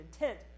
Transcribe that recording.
intent